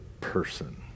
person